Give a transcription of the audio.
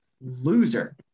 loser